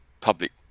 public